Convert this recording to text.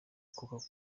coca